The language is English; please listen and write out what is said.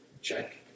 Check